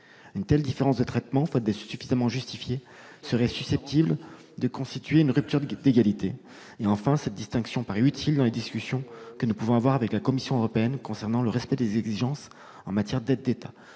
Une telle différence de traitement, faute d'être suffisamment justifiée, serait susceptible de constituer une rupture d'égalité. Enfin, cette distinction paraît utile dans les discussions que nous avons avec la Commission européenne à propos du respect des exigences en matière d'aides d'État.